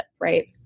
right